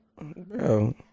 Bro